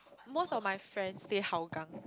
most of my friends stay Hougang